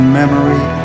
memory